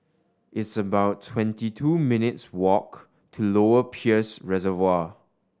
it's about twenty two minutes' walk to Lower Peirce Reservoir